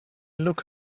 look